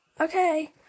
Okay